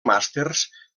màsters